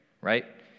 right